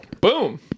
Boom